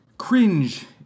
Cringe